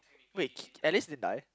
wait ki~ Alice didn't die